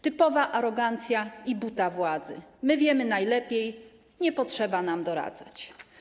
Typowa arogancja i buta władzy - my wiemy najlepiej, nie potrzeba nam doradzać.